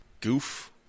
goof